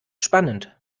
spannend